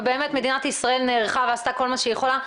ובאמת מדינת ישראל נערכה ועשתה כל מה שהיא יכולה.